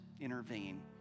intervene